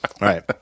Right